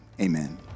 amen